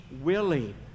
willing